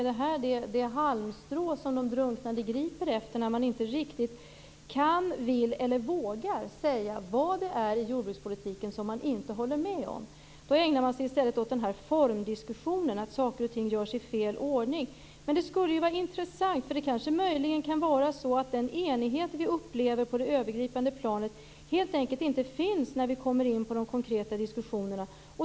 Det här är det halmstrå som de drunknande griper efter när de inte riktigt kan, vill eller vågar säga vad det är i jordbrukspolitiken som de inte håller med om. Då ägnar man sig i stället åt den här formdiskussionen; att saker och ting görs i fel ordning. Det här kan vara intressant, för det kanske kan vara så att den enighet som vi upplever på det övergripande planet helt enkelt inte finns när vi kommer in på de konkreta diskussionerna.